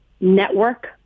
network